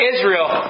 Israel